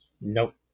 Nope